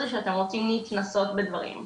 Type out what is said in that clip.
אתם בגיל הזה שאתם רוצים להתנסות בדברים,